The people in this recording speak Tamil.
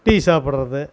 டீ சாப்பிடுறது